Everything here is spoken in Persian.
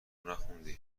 نخوندی